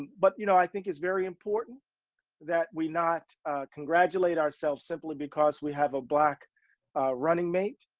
but you know, i think it's very important that we not congratulate ourselves simply because we have a black running mate,